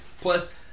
Plus